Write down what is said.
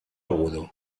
agudo